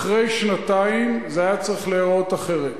אחרי שנתיים זה היה צריך להיראות אחרת.